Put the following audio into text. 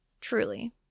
Truly